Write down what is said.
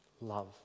love